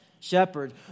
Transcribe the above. shepherd